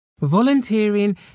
Volunteering